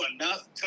enough